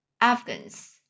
Afghans